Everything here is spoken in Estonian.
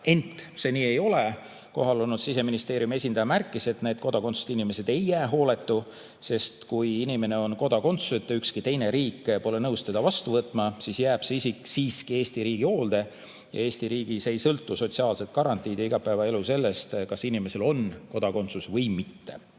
Ent nii see ei ole. Kohal olnud Siseministeeriumi esindaja märkis, et need kodakondsuseta inimesed ei jää hooleta, sest kui inimene on kodakondsuseta ja ükski teine riik pole nõus teda vastu võtma, siis jääb see isik siiski Eesti riigi hoolde. Eesti riigis ei sõltu sotsiaalsed garantiid ja igapäevaelu sellest, kas inimesel on kodakondsus või mitte. Hoopis